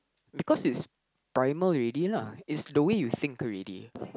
because it's primal already lah it's the way you think already